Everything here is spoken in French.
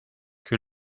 que